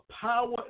power